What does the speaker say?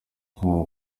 com